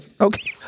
okay